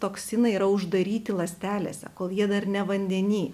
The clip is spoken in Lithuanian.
toksinai yra uždaryti ląstelėse kol jie dar ne vandeny